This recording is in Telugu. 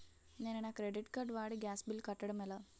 నేను నా క్రెడిట్ కార్డ్ వాడి గ్యాస్ బిల్లు కట్టడం ఎలా?